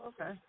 Okay